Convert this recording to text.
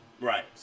Right